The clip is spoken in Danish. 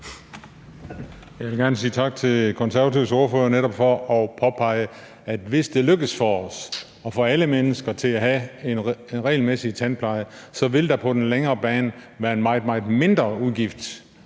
Jeg vil gerne sige tak til Konservatives ordfører for netop at påpege, at hvis det lykkes for os at få alle mennesker til at have en regelmæssig tandpleje, vil der på den længere bane være en meget, meget mindre udgift,